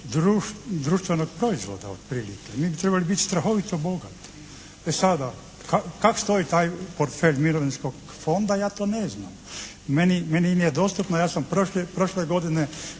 društvenog proizvoda otprilike. Mi bi trebali biti strahovito bogati. E sada kako stoji taj portfelj Mirovinskog fonda ja to ne znam. Meni nije dostupno, ja sam prošle godine